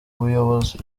umuyobozi